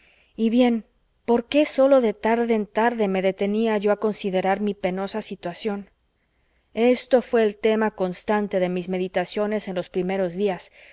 y bien por qué sólo de tarde en tarde me detenía yo a considerar mi penosa situación esto fué el tema constante de mis meditaciones en los primeros días